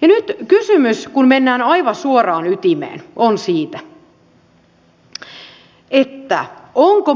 ja nyt kysymys kun mennään aivan suoraan ytimeen on siitä onko